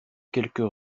quelques